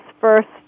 first